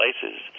places